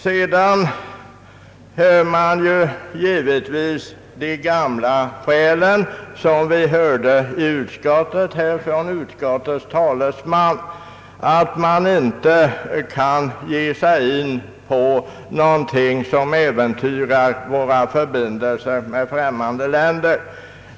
Sedan fick vi givetvis också höra de gamla skälen, vilka framfördes av utskottets talesman, nämligen att man inte kan ge sig in på något som äventyrar våra förbindelser med främmande länder.